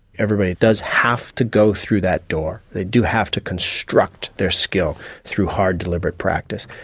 everybody does have to go through that door, they do have to construct their skill through hard deliberate practice.